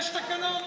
יש תקנון.